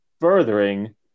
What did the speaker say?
furthering